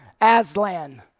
Aslan